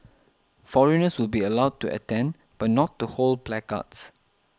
foreigners will be allowed to attend but not to hold placards